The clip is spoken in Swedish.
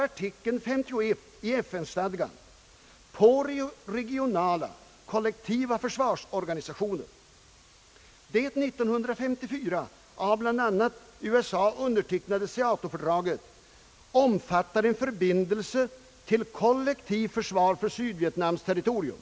Artikel 51 i FN-stadgan syftar dessutom på regionala kollektiva försvarsorganisationer. Det 1954 av bl.a. USA undertecknade SEATO-fördraget innefattade en förpliktelse till kollektivt försvar av Sydvietnams territorium.